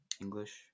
English